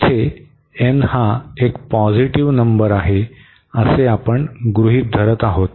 येथे n हा एक पॉझिटिव्ह नंबर आहे असे आपण गृहित धरत आहोत